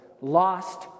lost